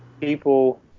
people